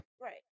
Right